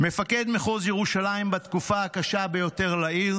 מפקד מחוז ירושלים בתקופה הקשה ביותר לעיר?